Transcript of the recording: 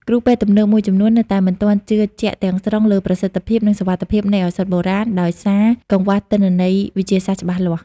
គ្រូពេទ្យទំនើបមួយចំនួននៅតែមិនទាន់ជឿជាក់ទាំងស្រុងលើប្រសិទ្ធភាព និងសុវត្ថិភាពនៃឱសថបុរាណ ដោយសារកង្វះទិន្នន័យវិទ្យាសាស្ត្រច្បាស់លាស់។